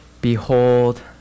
Behold